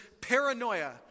Paranoia